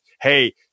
Hey